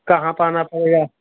कहाँ पर आना पड़ेगा